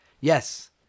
Yes